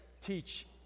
teach